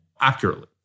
accurately